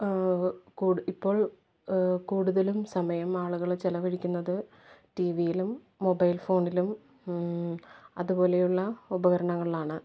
കൂട് ഇപ്പോൾ കൂടുതലും സമയം ആളുകള് ചിലവഴിക്കുന്നത് ടിവിയിലും മൊബൈൽ ഫോണിലും അതുപോലെയുള്ള ഉപകരണങ്ങളിലാണ്